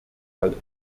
fall